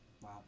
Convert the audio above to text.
Wow